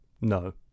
No